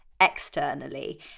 externally